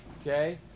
Okay